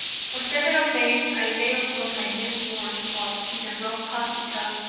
for several days i lay upon my little ward cot in the ruff hospital,